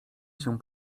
się